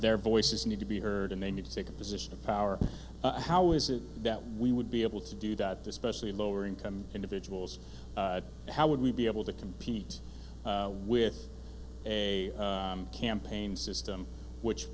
their voices need to be heard and they need to take a position of power how is it that we would be able to do that especially lower income individuals how would we be able to compete with a campaign system which